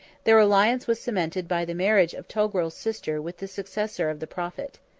their alliance was cemented by the marriage of togrul's sister with the successor of the prophet.